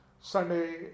Sunday